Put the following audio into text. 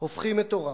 הופכים את עורם,